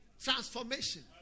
transformation